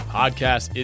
podcast